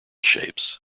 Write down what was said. shapes